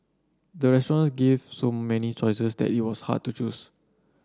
the restaurant gave so many choices that it was hard to choose